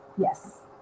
Yes